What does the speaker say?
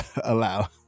allow